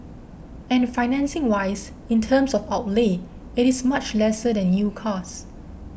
and financing wise in terms of outlay it is much lesser than new cars